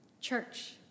Church